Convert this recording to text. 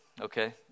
okay